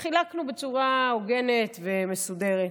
חילקנו בצורה הוגנת ומסודרת.